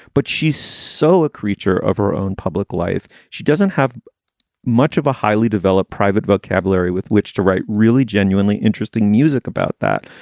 but she's so a creature of her own public life. she doesn't have much of a highly developed private vocabulary with which to write really genuinely interesting music about that,